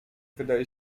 wydaje